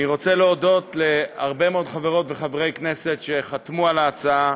אני רוצה להודות להרבה מאוד חברות וחברי כנסת שחתמו על ההצעה,